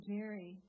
Jerry